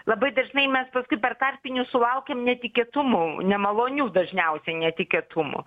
labai dažnai mes paskui per tarpinius sulaukiam netikėtumų nemalonių dažniausiai netikėtumų